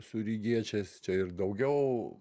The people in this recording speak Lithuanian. su rygiečiais čia ir daugiau